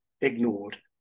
ignored